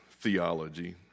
theology